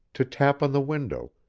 to tap on the window,